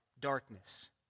darkness